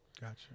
Gotcha